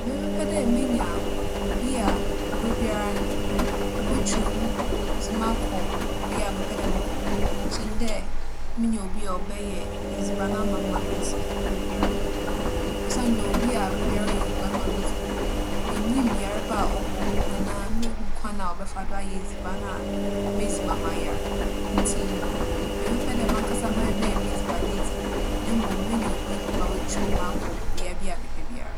Mebɛpɛ dɛ menya obi a aberbiara no, obotwuw me dze me akͻ bea a mepɛ dɛ mokͻ kyɛn dɛ menya obi a ͻbɛyɛ edziban ama me ma medzi aberbiara. Osiandɛ obi a aberbiara ͻyɛ edziban ma me midzi no, minnyim yarba a ͻwͻ anaa munnhu kwan a ͻbɛfa do ayɛ edziban a medzi ma mayar ntsi mebɛpɛ dɛ marankasa mɛ - mɛyɛ m'edziban edzi, na mbom, menya obi ma oetwuw me akͻ bea bi a mepɛ biara.